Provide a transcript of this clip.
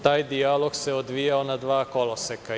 Taj dijalog se odvijao na dva koloseka.